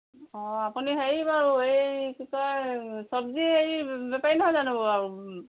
অঁ আপুনি হেৰি বাৰু এই কি কয় এই চব্জি এই বেপাৰী নহয় জানোঁ